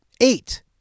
eight